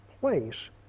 place